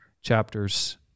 chapters